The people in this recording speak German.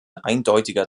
eindeutiger